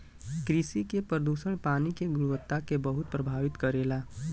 कृषि के प्रदूषक पानी के गुणवत्ता के बहुत प्रभावित करेला